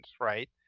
right